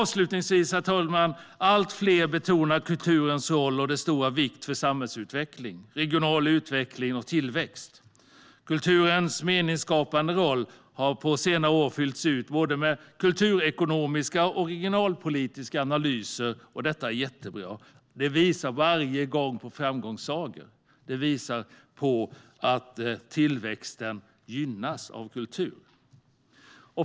Avslutningsvis: Allt fler betonar kulturens roll och dess stora vikt för samhällsutveckling, regional utveckling och tillväxt. Kulturens meningsskapande roll har på senare år fyllts ut med både kulturekonomiska och regionalpolitiska analyser, och detta är jättebra. Det visar varje gång på framgångssagor. Det visar att tillväxten gynnas av kultur.